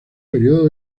período